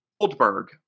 Goldberg